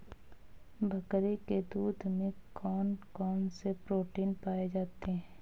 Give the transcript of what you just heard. बकरी के दूध में कौन कौनसे प्रोटीन पाए जाते हैं?